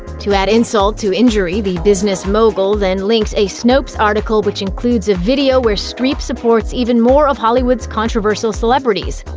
to add insult to injury, the business mogul then linked a snopes article which includes a video where streep supports even more of hollywood's controversial celebrities.